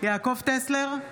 יעקב טסלר,